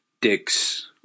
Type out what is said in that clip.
dicks